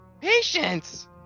Patience